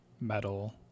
metal